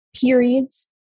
periods